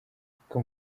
ariko